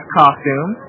costume